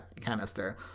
canister